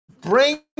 bring –